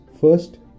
First